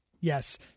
Yes